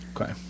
Okay